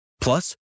Plus